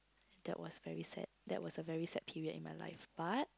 that was very sad that was a very sad period in my life but